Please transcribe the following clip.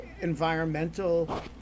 environmental